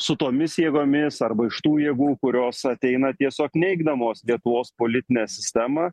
su tomis jėgomis arba iš tų jėgų kurios ateina tiesiog neigdamos lietuvos politinę sistemą